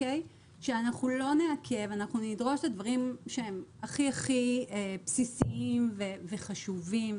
שלא נעכב ואנחנו נדרוש את הדברים שהם הכי-הכי בסיסיים וחשובים,